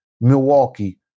Milwaukee